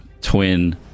twin